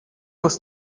was